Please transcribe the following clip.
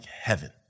heaven